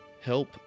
help